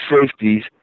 safeties